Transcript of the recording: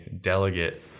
delegate